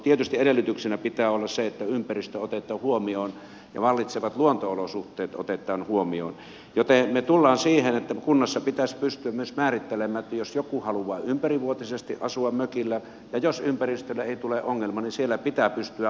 tietysti edellytyksenä pitää olla se että ympäristö otetaan huomioon ja vallitsevat luonto olosuhteet otetaan huomioon joten me tulemme siihen että kunnassa pitäisi pystyä myös määrittelemään että jos joku haluaa ympärivuotisesti asua mökillä ja jos ympäristölle ei tule ongelmia niin siellä pitää pystyä asumaan